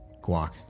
guac